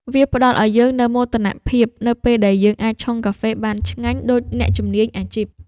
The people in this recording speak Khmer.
វាផ្ដល់ឱ្យយើងនូវមោទនភាពនៅពេលដែលយើងអាចឆុងកាហ្វេបានឆ្ងាញ់ដូចអ្នកជំនាញអាជីព។